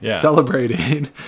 celebrating